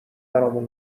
برامون